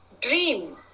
dream